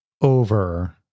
over